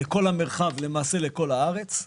למרחב ולכל הארץ.